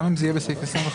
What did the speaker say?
גם אם זה יהיה בסעיף 25,